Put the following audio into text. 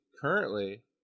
currently